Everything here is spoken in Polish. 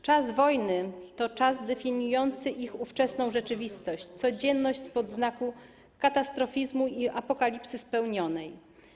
Czas wojny to czas definiujący ich ówczesną rzeczywistość, codzienność spod znaku katastrofizmu i apokalipsy spełnionej.